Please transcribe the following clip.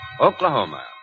Oklahoma